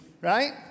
Right